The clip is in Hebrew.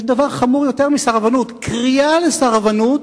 יש דבר חמור יותר מסרבנות, קריאה לסרבנות